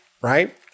right